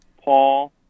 Paul